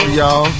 y'all